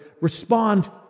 respond